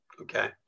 Okay